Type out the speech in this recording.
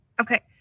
Okay